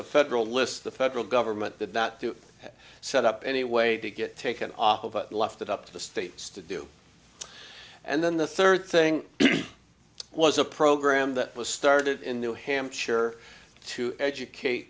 a federal list the federal government did not do that set up any way to get taken off of it left it up to the states to do it and then the third thing was a program that was started in new hampshire to educate